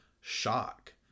shock